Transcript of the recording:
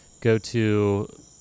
go-to